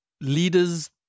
leaders